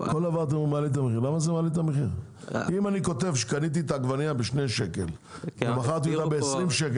אם אני כותב שקניתי את העגבנייה בשני שקלים ומכרתי אותה בעשרים שקל,